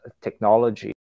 technology